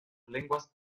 lenguas